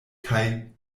kaj